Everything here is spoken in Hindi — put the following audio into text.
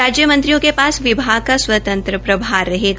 राज्यमंत्रियों के पास विभाग का स्वतंत्रा प्रभार रहेगा